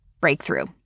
Breakthrough